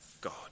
God